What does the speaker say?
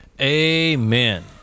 Amen